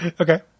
Okay